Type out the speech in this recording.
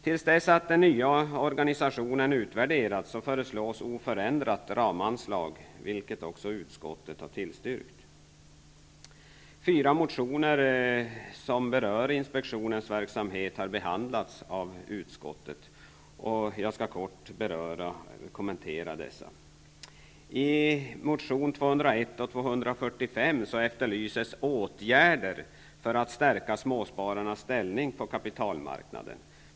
Till dess att den nya organisationen utvärderats föreslås oförändrat ramanslag, vilket också utskottet har tillstyrkt. Fyra motioner som berör inspektionens verksamhet har behandlats av utskottet, och jag skall kort kommentera dessa. I motionerna N201 och N245 efterlyses åtgärder för att stärka småspararnas ställning på kapitalmarknaden.